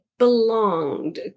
belonged